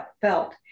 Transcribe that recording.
felt